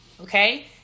Okay